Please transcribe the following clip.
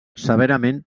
severament